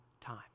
time